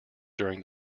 during